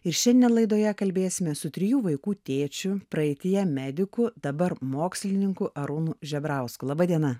ir šiandien laidoje kalbėsime su trijų vaikų tėčiu praeityje mediku dabar mokslininku arūnu žebrausku laba diena